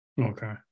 Okay